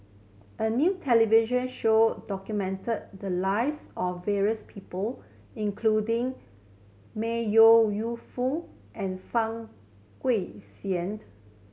a new television show documented the lives of various people including May Ooi Yu Fen and Fang